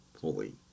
fully